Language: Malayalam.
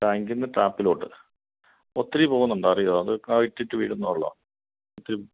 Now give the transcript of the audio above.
ടാങ്കീന്ന് ടാപ്പിലോട്ട് ഒത്തിരി പോവുന്നുണ്ടോ അറിയോ അതോ കാ ഇറ്റിറ്റ് വീഴുന്നുള്ളോ ഇത്